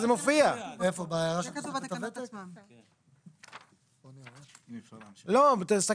אבל איך אנחנו גוררים לעלות של תוספת הוותק את העלויות הנלוות.